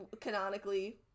canonically